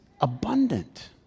abundant